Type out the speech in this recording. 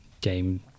game